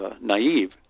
naive